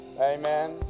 Amen